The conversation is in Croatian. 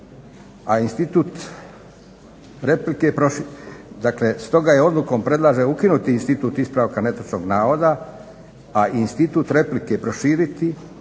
a institut replike. Dakle, stoga je odlukom predlaže ukinuti institut ispravka netočnog navoda, a institut replike proširiti